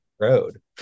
Road